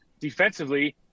defensively